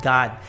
God